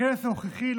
הכנס הנוכחי,